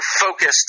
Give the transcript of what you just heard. focused